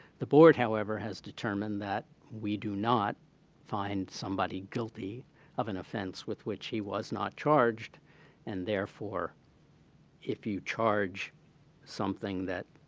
the board however has determined that we do not find somebody guilty of an offense with which it was not charged and therefore if you charge something that